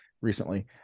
recently